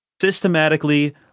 systematically